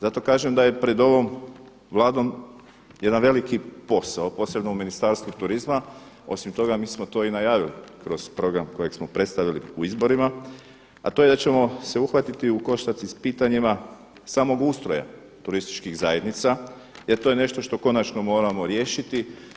Zato kažem da je pred ovom Vladom jedan veliki posao posebno u ministarstvu turizma, osim toga mi smo to i najavili kroz program kojeg smo predstavili u izborima a to je da ćemo se uhvatiti u koštac i s pitanjima samog ustroja turističkih zajednica jer to je nešto što konačno moramo riješiti.